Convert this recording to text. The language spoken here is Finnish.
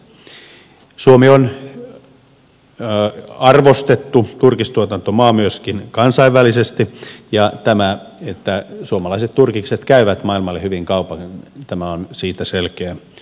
suomi on arvostettu turkistuotantomaa myöskin kansainvälisesti ja tämä että suomalaiset turkikset käyvät maailmalla hyvin kaupaksi on siitä selkeä osoitus